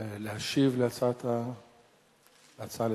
להשיב על ההצעה לסדר-היום.